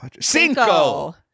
Cinco